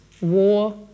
war